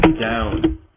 down